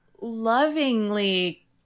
lovingly